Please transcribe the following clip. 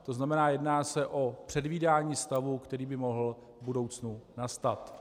To znamená, jedná se o předvídání stavu, který by mohl v budoucnu nastat.